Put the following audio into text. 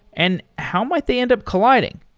and how might they end up colliding?